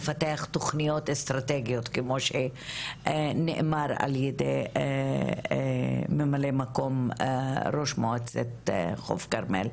לפתח תוכניות אסטרטגיות כמו שנאמר על ידי ממלא מקום ראש מועצת חוף כרמל.